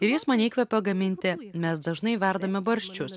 ir jis mane įkvepia gaminti mes dažnai verdame barščius